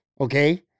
okay